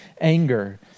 anger